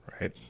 Right